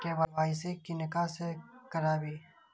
KYC किनका से कराबी?